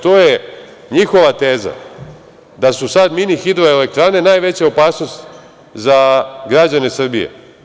To je njihova teza, da su sada mini hidroelektrane najveća opasnost za građane Srbije.